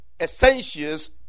essentials